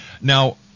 Now